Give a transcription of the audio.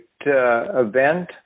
event